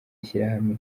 ishyirahamwe